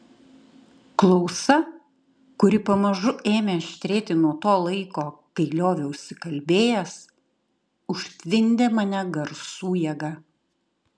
klausa kuri pamažu ėmė aštrėti nuo to laiko kai lioviausi kalbėjęs užtvindė mane garsų jėga